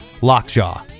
Lockjaw